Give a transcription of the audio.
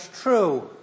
true